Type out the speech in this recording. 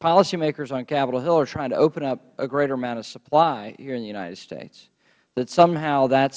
policymakers on capitol hill are trying to open up a greater amount of supply here in the united states that somehow that